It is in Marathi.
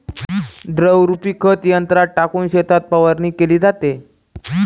द्रवरूप खत यंत्रात टाकून शेतात फवारणी केली जाते